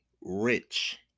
rich